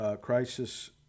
Crisis